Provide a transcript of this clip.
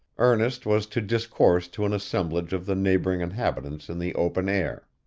ernest was to discourse to an assemblage of the neighboring inhabitants in the open air.